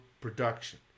production